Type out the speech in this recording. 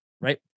right